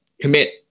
commit